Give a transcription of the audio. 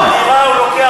על דירה הוא לוקח